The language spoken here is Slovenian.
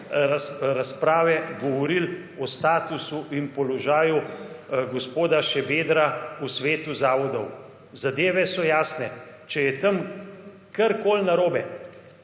razprave govorili o statusu in položaju gospoda Šabedra v Svetu zavodov. Zadeve so jasne. Če je tam, karkoli narobe